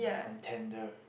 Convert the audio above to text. and tender